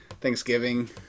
Thanksgiving